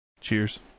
Cheers